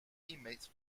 teammates